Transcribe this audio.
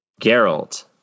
Geralt